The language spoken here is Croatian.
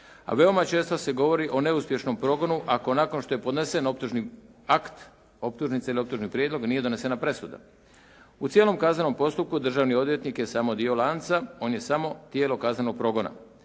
veoma često se govori o neuspješnom progonu ako nakon što je podnesen optužni akt optužnice ili optužni prijedlog nije donesena presuda. U cijelom kaznenom postupku državni odvjetnik je samo dio lanca, on je samo tijelo kaznenog progona.